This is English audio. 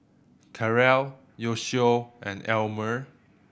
Karel Yoshio and Elmire